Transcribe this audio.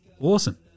Awesome